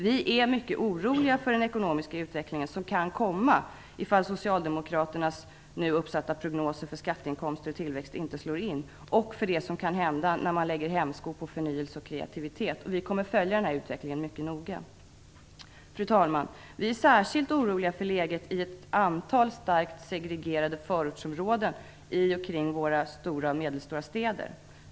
Vi är mycket oroliga för den ekonomiska utveckling som kan komma om Socialdemokraternas nu uppsatta prognoser för skatteinkomster och tillväxt inte slår in och för det som kan hända när man lägger hämsko på förnyelse och kreativitet. Vi kommer att följa den här utvecklingen mycket noga. Fru talman! Vi är särskilt oroliga för läget i ett antal starkt segregerade förortsområden i och kring våra stora och medelstora städer.